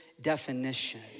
definition